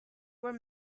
were